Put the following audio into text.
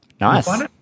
Nice